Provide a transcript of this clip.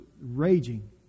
raging